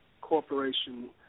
corporation